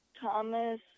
Thomas